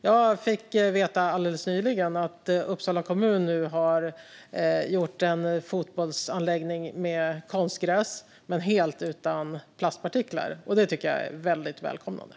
Jag fick alldeles nyligen veta att Uppsala kommun nu har gjort en fotbollsanläggning med konstgräs men helt utan plastpartiklar. Det tycker jag är mycket välkommet.